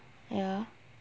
ya